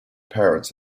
parents